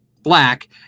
black